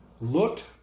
looked